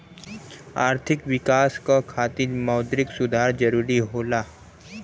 आर्थिक विकास क खातिर मौद्रिक सुधार जरुरी होला